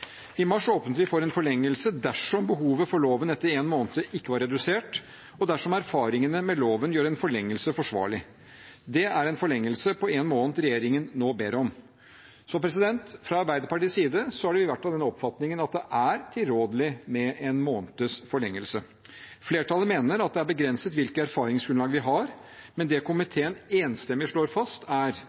I mars åpnet vi for en forlengelse dersom behovet for loven ikke var redusert etter én måned, og dersom erfaringene med loven gjør en forlengelse forsvarlig. Det er en forlengelse på én måned regjeringen nå ber om. Fra Arbeiderpartiets side har vi vært av den oppfatning at det er tilrådelig med én måneds forlengelse. Flertallet mener at det er begrenset hvilke erfaringsgrunnlag vi har. Det komiteen enstemmig slår fast, er